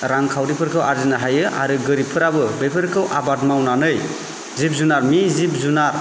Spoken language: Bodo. रांखावरिफोरखौ आरजिनो हायो आरो गोरिबफोराबो बेफोरखौ आबाद मावनानै जिब जुनारनि जिब जुनार